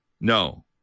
No